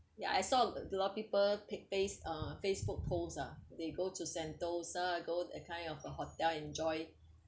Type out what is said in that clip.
ya I saw there are people pick face~ uh Facebook post ah they go to sentosa go that kind of a hotel enjoy